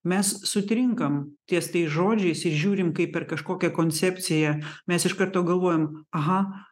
mes sutrinkam ties tais žodžiais ir žiūrim kaip per kažkokią koncepciją mes iš karto galvojam aha